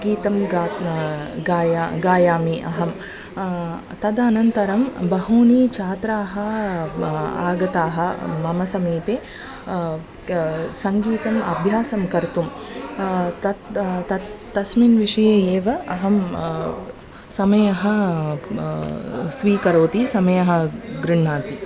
गीतं गा गाया गायामि अहं तदनन्तरं बहूनि छात्राः आगताः मम समीपे सङ्गीतम् अभ्यासं कर्तुं तत् तत् तस्मिन् विषये एव अहं समयं स्वीकरोति समयं गृह्णाति